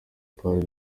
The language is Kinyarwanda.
part